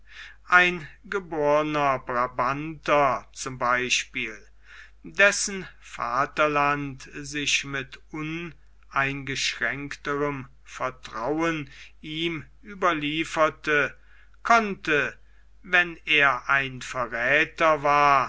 ein geborner brabanter zum beispiel dessen vaterland sich mit uneingeschränkterem vertrauen ihm überlieferte konnte wenn er ein verräther war